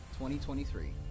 2023